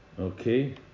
Okay